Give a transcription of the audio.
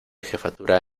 jefatura